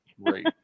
Right